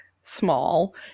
small